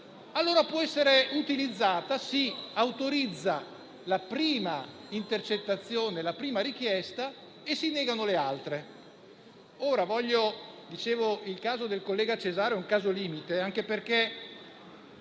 allora può essere utilizzata. Si autorizza la prima intercettazione, la prima richiesta, e si negano le altre. Il caso del collega Cesaro è un caso limite, anche perché